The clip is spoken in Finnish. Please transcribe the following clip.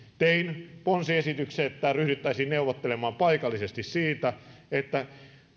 tein ponsiesityksen että ryhdyttäisiin neuvottelemaan paikallisesti siitä että